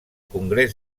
congrés